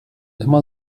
immer